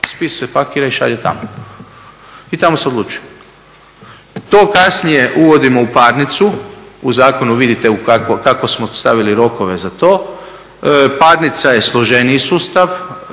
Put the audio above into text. spis se pakira i šalje tamo. I tamo se odlučuje. To kasnije uvodimo u parnicu. U zakonu vidite kako smo stavili rokove za to. Parnica je složeniji sustav,